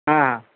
हां हां